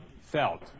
felt